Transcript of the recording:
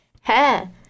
hair